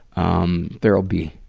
um, there'll be,